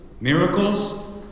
miracles